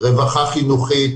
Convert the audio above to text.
רווחה חינוכית,